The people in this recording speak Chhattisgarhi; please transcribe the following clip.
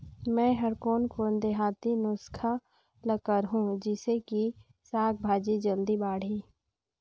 मै हर कोन कोन देहाती नुस्खा ल करहूं? जिसे कि साक भाजी जल्दी बाड़ही?